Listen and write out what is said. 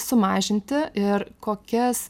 sumažinti ir kokias